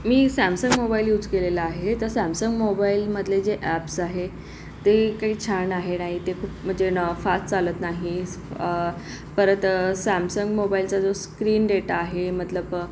मी Samsung mobile use केलेला आहे तर सॅमसंग मोबाईल मधले जे ॲप्स आहेत ते काही छान आहे नाही ते खूप म्हणजे ना फास्ट चालत नाहीत परत सॅमसंग मोबाईल जो स्क्रीन डेटा आहे मतलब